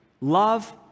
love